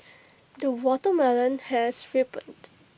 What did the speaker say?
the watermelon has ripened